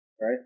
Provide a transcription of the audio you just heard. Right